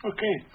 Okay